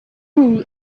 rule